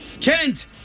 Kent